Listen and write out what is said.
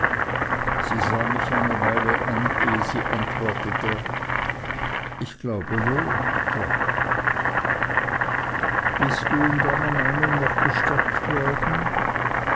sie sah mich eine weile an ehe sie antwortete ich glaube wohl trot bist du in deiner meinung noch bestärkt worden